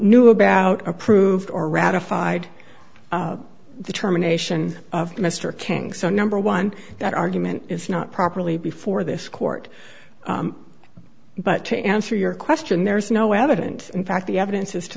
knew about approved or ratified the terminations of mr king so number one that argument is not properly before this court but to answer your question there's no evidence in fact the evidence is to